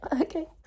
okay